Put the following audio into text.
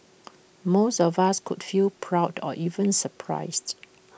most of us could feel proud or even surprised